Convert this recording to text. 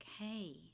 okay